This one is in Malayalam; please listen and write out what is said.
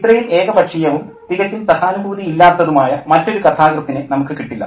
ഇത്രയും ഏകപക്ഷീയവും തികച്ചും സഹാനുഭൂതിയില്ലാത്തതുമായ മറ്റൊരു കഥാകൃത്തിനെ നമുക്ക് കിട്ടില്ല